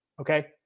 Okay